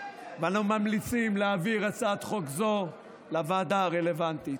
ואנו ממליצים להעביר הצעת חוק זו לוועדה הרלוונטית.